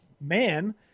man